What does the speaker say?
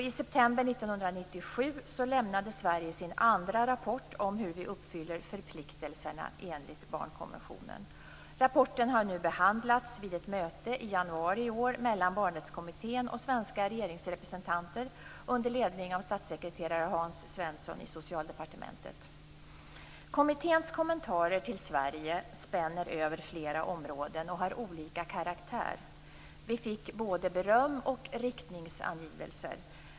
I september 1997 lämnade Sverige sin andra rapport om hur vi uppfyller förpliktelserna enligt barnkonventionen. Rapporten har nu behandlats vid ett möte i januari i år mellan Kommitténs kommentarer till Sverige spänner över flera områden och har olika karaktär. Vi fick både beröm och riktningsangivelser.